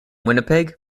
winnipeg